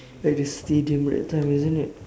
at the stadium that time isn't it